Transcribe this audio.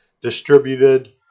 distributed